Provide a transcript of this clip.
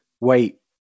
wait